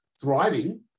thriving